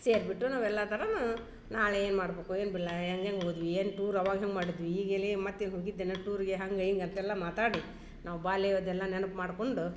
ಸೇರಿಬಿಟ್ಟು ನಾವು ಎಲ್ಲಾ ಥರನು ನಾಳೆ ಏನು ಮಾಡಬೇಕು ಏನು ಬಿಡ್ಲ ಏನ್ ಟೂರ್ ಅವಾಗ್ ಹೆಂಗ್ ಮಾಡಿದ್ವಿ ಈಗೇಲೆ ಮತ್ ಎಲ್ ಹೋಗಿದ್ದೆನ ಟೂರ್ಗೆ ಹಂಗ ಇಂಗೆ ಅಂತೆಲ್ಲ ಮಾತಾಡಿ ನಾವ್ ಬಾಲ್ಯವ್ದೆಲ್ಲ ನೆನಪ್ ಮಾಡ್ಕೊಂಡು